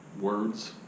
words